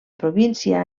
província